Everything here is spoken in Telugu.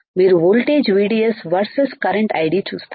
మీరు వోల్టేజ్VDS వర్సెస్ కరెంట్ ID చూస్తారు